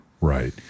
Right